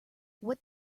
what